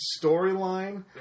storyline